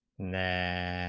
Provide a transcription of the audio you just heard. then